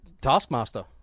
Taskmaster